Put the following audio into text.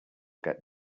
get